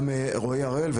גם רועי הראל,